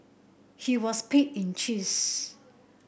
he was paid in cheese